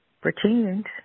pretend